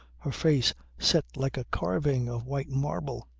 her face set like a carving of white marble.